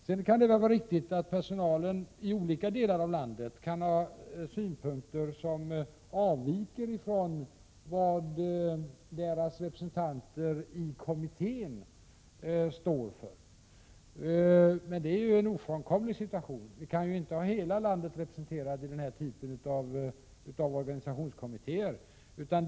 Det kan vara riktigt att personalen i olika delar av landet kan ha synpunkter som avviker från vad deras representanter i kommittén står för. Men det är ju en ofrånkomlig situation. Man kan inte ha hela landet representerat i den här typen av organisationskommitté.